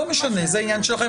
זה עניין שלכם,